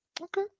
Okay